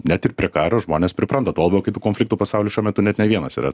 ne tik prie karo žmonės pripranta tuo labiau kai tų kitų konfliktų pasauly šiuo metu net ne vienas yra